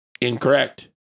Incorrect